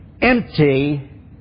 empty